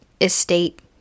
estate